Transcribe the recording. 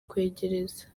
kwegereza